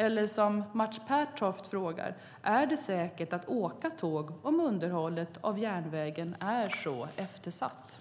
Eller som Mats Pertoft frågar: Är det säkert att åka tåg om underhållet av järnvägen är så eftersatt?